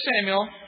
Samuel